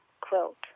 quilt